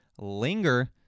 linger